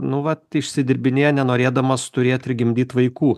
nu vat išsidirbinėja nenorėdamos turėt ir gimdyt vaikų